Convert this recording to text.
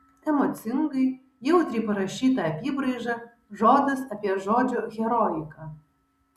emocingai jautriai parašyta apybraiža žodis apie žodžio heroiką